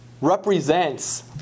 represents